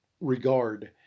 regard